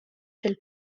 fil